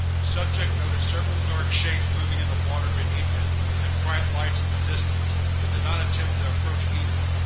subject noted several dark shapes moving in the water beneath it and bright lights in the distance, but did not attempt to approach either.